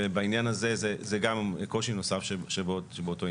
וזה גם קושי נוסף באותו עניין.